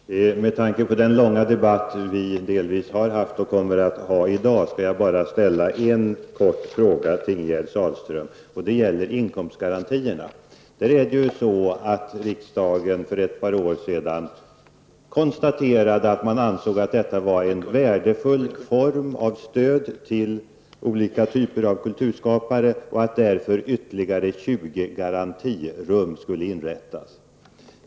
Herr talman! Med tanke på den långa debatt som vi har fört och kommer att föra i dag skall jag bara ställa en kort fråga till Ingegerd Sahlström, och den gäller inkomstgarantierna. Riksdagen konstaterade för ett par år sedan att dessa var en värdefull form av stöd till olika typer av kulturskapare och att därför ytterligare 20 garantirum skulle inrättas.